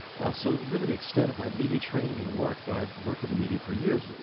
so, really the extent of my media training in work though i had worked with the media for years,